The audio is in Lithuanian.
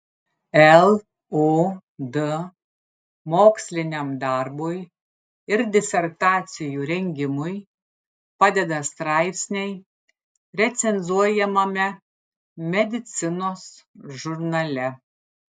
lud moksliniam darbui ir disertacijų rengimui padeda straipsniai recenzuojamame medicinos žurnale